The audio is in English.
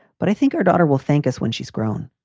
but i think our daughter will think us when she's grown.